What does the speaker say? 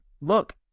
look